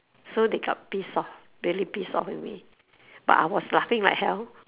so they got pissed off really pissed off at me but I was laughing like hell